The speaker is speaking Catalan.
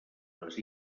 les